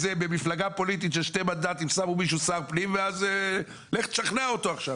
ממפלגה פוליטית של שני מנדטים שמו מישהו כשר פנים ואז לך שכנע אותו.